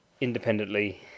independently